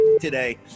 today